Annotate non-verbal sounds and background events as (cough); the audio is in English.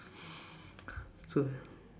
(laughs) so